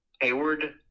hayward